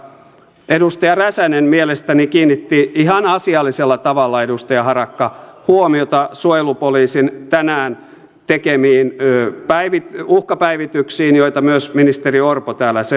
edustaja räsänen mielestäni kiinnitti ihan asiallisella tavalla edustaja harakka huomiota suojelupoliisin tänään tekemiin uhkapäivityksiin joita myös ministeri orpo täällä selosti